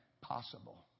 possible